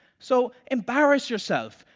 so embarrass yourself,